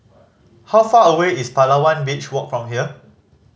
how far away is Palawan Beach Walk from here